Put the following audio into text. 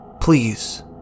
Please